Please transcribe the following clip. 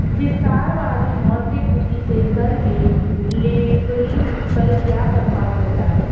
विस्तारवादी मौद्रिक नीति से कर के लेबलिंग पर क्या प्रभाव पड़ता है?